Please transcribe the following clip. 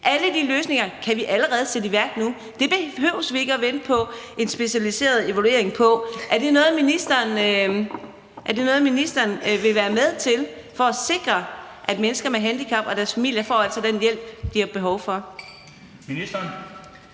Alle de løsninger kan vi allerede sætte i værk nu. Det behøver vi ikke vente på en specialiseret evaluering for at gøre. Er det noget, ministeren vil være med til for at sikre, at mennesker med handicap og deres familier får den hjælp, de har behov for?